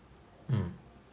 mm